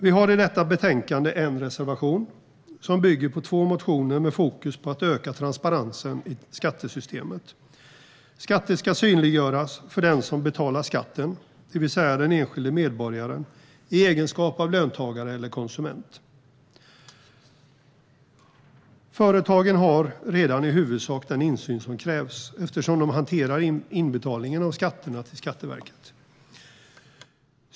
Vi har i betänkandet en reservation som bygger på två motioner med fokus på att öka transparensen i skattesystemet. Skatter ska synliggöras för den som betalar skatten, det vill säga den enskilde medborgaren i egenskap av löntagare eller konsument. Företagen har redan i huvudsak den insyn som krävs eftersom de hanterar inbetalningarna av skatterna till Skatteverket.